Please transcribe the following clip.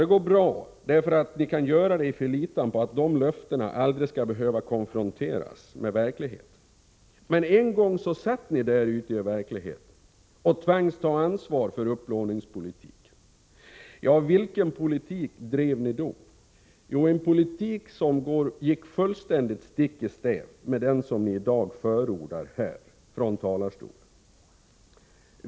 Det går bra, därför att ni kan förlita er på att de löftena aldrig skall behöva konfronteras med verkligheten. Men en gång satt ni där ute i verkligheten och tvangs ta ansvar för upplåningspolitiken. Vilken politik bedrev ni då? Jo, en politik som gick stick i stäv mot den som ni i dag förordar från talarstolen.